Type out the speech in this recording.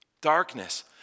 Darkness